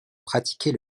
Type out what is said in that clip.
pratiquer